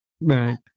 Right